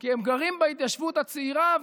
כי הם גרים בהתיישבות הצעירה.